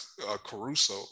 Caruso